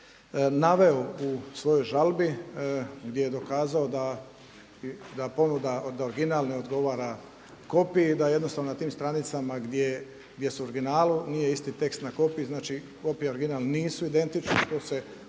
naveo u svojoj žalbi gdje je dokazao da ponuda da original ne odgovara kopiji i da jednostavno na tim stranicama gdje su u originalu nije isti tekst na kopiji, znači kopija i original nisu identični